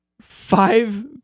five